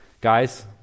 Guys